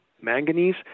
manganese